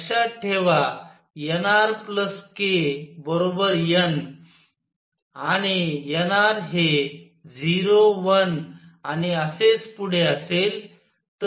लक्षात ठेवा nr k n आणि nr हे 0 1 आणि असेच पुढे असेल